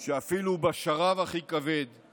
"אפילו בשרב הכי כבד /